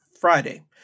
Friday